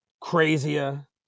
crazier